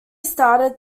started